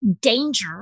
danger